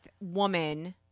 woman